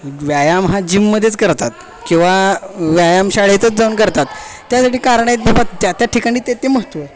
व्यायाम हा जिममध्येच करतात किंवा व्यायामशाळेतच जाऊन करतात त्यासाठी कारणं आहेत बाबा त्या त्या ठिकाणी ते ते महत्त्व